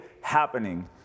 happening